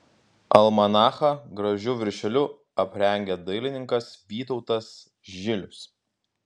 almanachą gražiu viršeliu aprengė dailininkas vytautas žilius